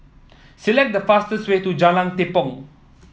select the fastest way to Jalan Tepong